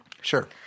Sure